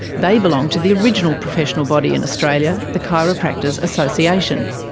they belong to the original professional body in australia, the chiropractors association.